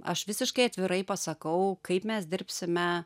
aš visiškai atvirai pasakau kaip mes dirbsime